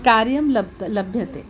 कार्यं लब्धं लभ्यते